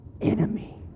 enemy